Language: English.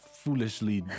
foolishly